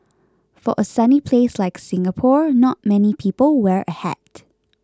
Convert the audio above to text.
for a sunny place like Singapore not many people wear a hat